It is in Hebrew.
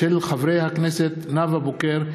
מאת חברי הכנסת נאוה בוקר,